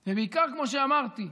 בעיקר, כמו שאמרתי,